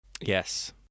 yes